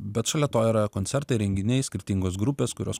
bet šalia to yra koncertai renginiai skirtingos grupės kurios